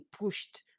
pushed